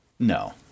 No